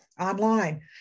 online